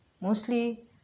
mostly